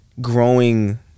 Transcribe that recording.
growing